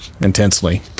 intensely